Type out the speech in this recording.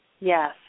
Yes